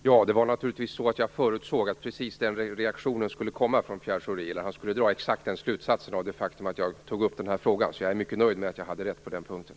Herr talman! Jag förutsåg att den reaktionen skulle komma från Pierre Schori, eller att han skulle dra exakt den slutsatsen av det faktum att jag tog upp denna fråga. Jag är mycket nöjd med att jag hade rätt på den punkten.